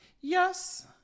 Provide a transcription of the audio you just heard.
Yes